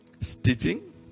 Stitching